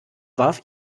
warf